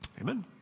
Amen